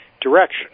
direction